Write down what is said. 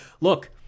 Look